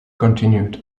continued